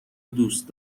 دوست